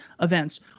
events